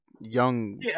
young